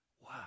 Wow